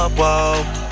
whoa